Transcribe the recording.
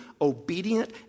obedient